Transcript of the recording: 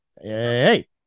hey